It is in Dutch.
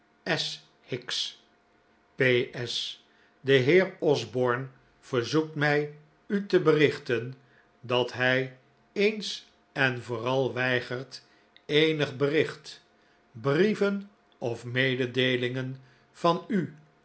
p s de heer osborne verzoekt mij u te berichten dat hij eens en vooral weigert eenig bericht brieven of mededeelingen van u